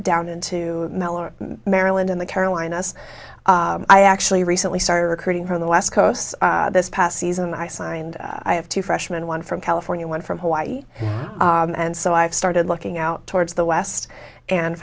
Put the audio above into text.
down into maryland in the carolinas i actually recently started recruiting from the west coast this past season i signed i have two freshmen one from california one from hawaii and so i started looking out towards the west and